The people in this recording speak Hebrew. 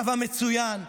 צבא מצוין,